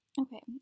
okay